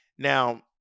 Now